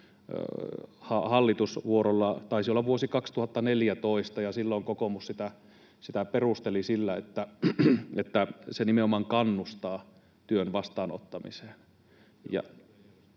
hallitusvuorolla, taisi olla vuosi 2014, ja silloin kokoomus sitä perusteli sillä, että se nimenomaan kannustaa työn vastaanottamiseen.